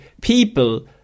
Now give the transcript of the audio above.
people